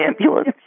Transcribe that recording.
ambulance